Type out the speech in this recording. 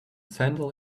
sandal